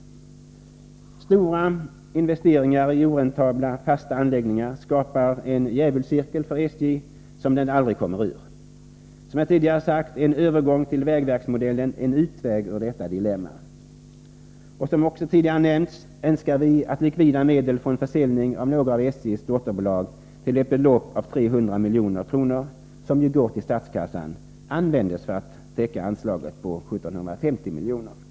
Stora investeringar i oräntabla fasta anläggningar skapar en djävulscirkel för SJ som bolaget aldrig kommer ur. Som jag tidigare sagt är en övergång till vägverksmodellen en utväg ur detta dilemma. Som jag också tidigare nämnt önskar vi att likvida medel från försäljning av några av SJ:s dotterbolag — de medlen går ju till statskassan — till ett belopp av ca 300 milj.kr. skall användas för att finansiera anslaget på 1750 milj.kr.